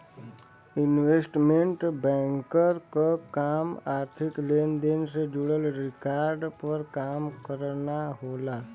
investment banker क काम आर्थिक लेन देन से जुड़ल रिकॉर्ड पर काम करना होला